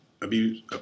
abuse